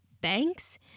banks